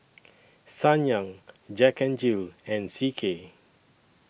Ssangyong Jack N Jill and C K